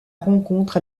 rencontre